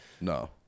no